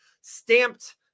stamped